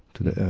to the,